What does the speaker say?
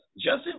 Justin